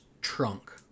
trunk